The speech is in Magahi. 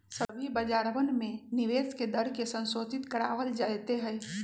सभी बाजारवन में निवेश के दर के संशोधित करावल जयते हई